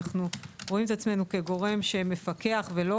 אנחנו רואים את עצמנו כגורם שמפקח ולא